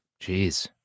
Jeez